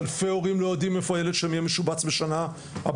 אלפי הורים לא יודעים איפה הילד שלהם יהיה משובץ בשנה הבאה.